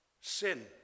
sin